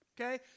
okay